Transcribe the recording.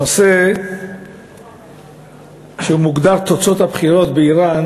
הנושא שמוגדר "תוצאות הבחירות באיראן"